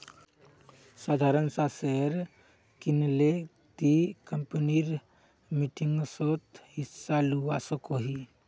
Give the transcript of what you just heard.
साधारण सा शेयर किनले ती कंपनीर मीटिंगसोत हिस्सा लुआ सकोही